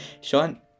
sean